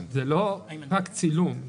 זה לא רק צילום.